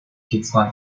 divine